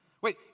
Wait